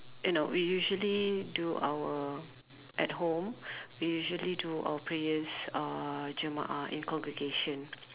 you know we usually do our at home we usually do our prayers uh jemaah in congregation